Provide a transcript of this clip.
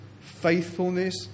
faithfulness